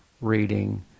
reading